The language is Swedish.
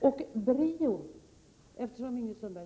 Ingrid Sundberg talade om BRIO.